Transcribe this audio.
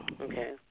Okay